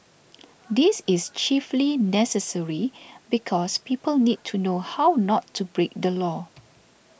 this is chiefly necessary because people need to know how not to break the law